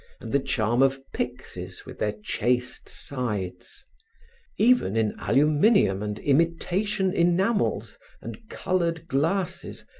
and the charm of pyxes with their chaste sides even in aluminum and imitation enamels and colored glasses,